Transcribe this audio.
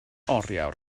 oriawr